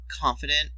confident